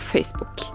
Facebook